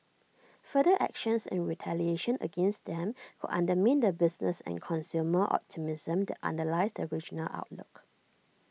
further actions and retaliation against them could undermine the business and consumer optimism that underlies the regional outlook